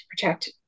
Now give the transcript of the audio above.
protect